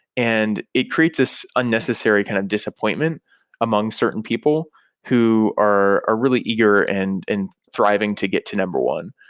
and it creates this unnecessary kind of disappointment among certain people who are are really eager and and thriving to get to number one.